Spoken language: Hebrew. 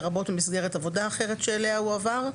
לרבות במסגרת עבודה אחרת שאליה הועבר,